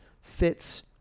Fits